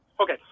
Okay